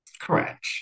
Correct